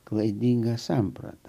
klaidinga samprata